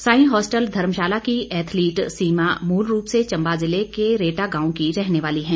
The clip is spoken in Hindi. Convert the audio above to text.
सांई हॉस्टल धर्मशाला की एथलिट सीमा मूलरूप से चंबा जिला का रेटा गांव की रहने वाली है